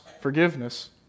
forgiveness